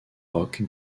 roch